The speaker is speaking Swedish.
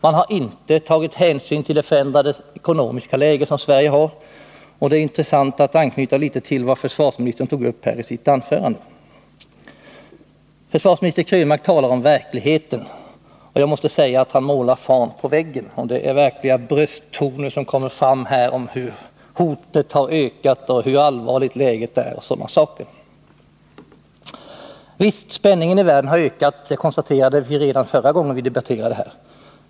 Man har inte tagit hänsyn till Sveriges förändrade ekonomiska läge. Det är intressant att anknyta litet till vad försvarsministern tog upp i sitt anförande. Försvarsministern talar om verkligheten. Jag måste säga att han målar hin på väggen. Det är verkliga brösttoner som kommer fram om hur hotet har ökat, hur allvarligt läget är och sådana saker. Visst har spänningen i världen ökat. Det konstaterade vi redan förra gången vi debatterade här.